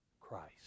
Christ